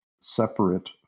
separate